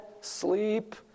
sleep